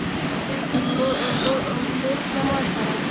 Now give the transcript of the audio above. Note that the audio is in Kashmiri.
یِکیٛاہ بہٕ بہٕ بہٕ ٲسٕس نیٚماز پَران